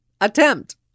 attempt